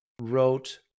wrote